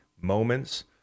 moments